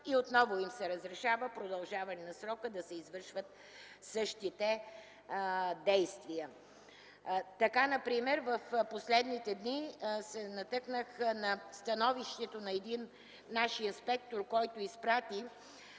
и отново им се разрешава продължаване на срока – да се извършват същите действия. Така например в последните дни се натъкнах на становището на наш инспектор, който изпрати